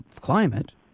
climate